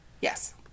yes